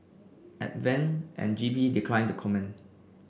Advent and G P declined to comment